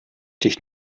dich